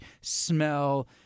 smell